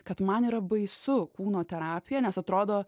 kad man yra baisu kūno terapija nes atrodo